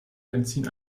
benzin